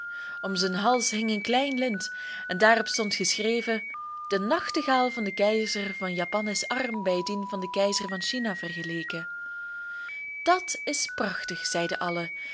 om zijn hals hing een klein lint en daarop stond geschreven de nachtegaal van den keizer van japan is arm bij dien van den keizer van china vergeleken dat is prachtig zeiden allen